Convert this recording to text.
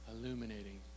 illuminating